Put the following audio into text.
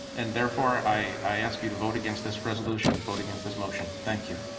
and therefore, i i ask you to vote against this resolution, vote against this motion. thank you.